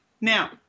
Now